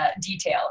detail